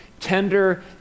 tender